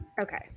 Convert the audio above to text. Okay